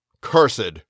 Cursed